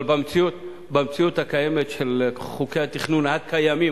אבל במציאות הקיימת של חוקי התכנון הקיימים,